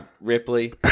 Ripley